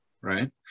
right